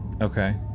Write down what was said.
Okay